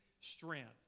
strength